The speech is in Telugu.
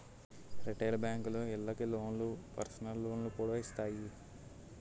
రిటైలు బేంకులు ఇళ్ళకి లోన్లు, పర్సనల్ లోన్లు కూడా ఇత్తాయి